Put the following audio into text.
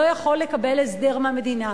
לא יכול לקבל הסדר מהמדינה.